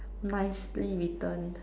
nicely written